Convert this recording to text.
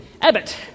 Abbott